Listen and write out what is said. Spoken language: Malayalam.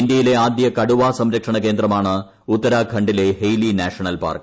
ഇന്ത്യയിലെ ആദ്യ കടുവാസംരക്ഷണ കേന്ദ്രമാണ് ഉത്തരാഖണ്ഡിലെ ഹെയിലി നാഷണൽ പാർക്ക്